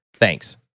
Thanks